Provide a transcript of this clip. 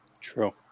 True